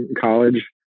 college